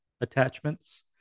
attachments